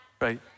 right